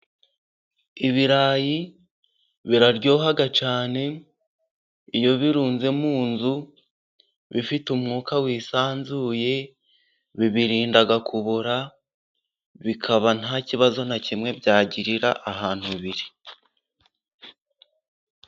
Ibirayi biraryoha cyane, iyo birunze mu nzu, bifite umwuka wisanzuye , bibirinda kubora, bikaba nta kibazo na kimwe byagirira ahantu biri.